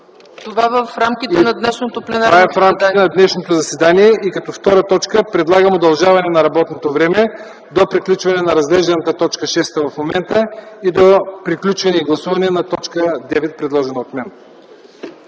Това е в рамките на днешното заседание. Като втора точка предлагам удължаване на работното време до приключване на разглежданата точка в момента – точка шеста, и до приключване и гласуване на точка девета, предложена от мен.